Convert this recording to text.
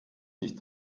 sich